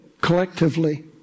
collectively